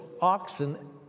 oxen